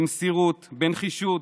במסירות, בנחישות,